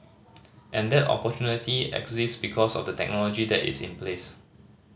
and that opportunity exists because of the technology that is in place